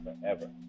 forever